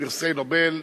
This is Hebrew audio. פרסי נובל,